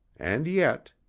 and yet,